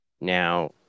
Now